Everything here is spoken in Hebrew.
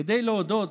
כדי להודות,